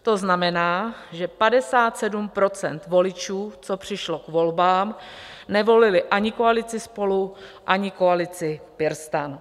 To znamená, že 57 % voličů, co přišlo k volbám, nevolilo ani koalici SPOLU, ani koalici PirSTAN.